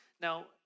Now